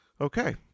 Okay